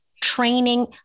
training